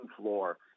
floor